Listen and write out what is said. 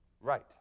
Right